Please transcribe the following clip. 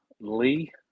Lee